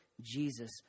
Jesus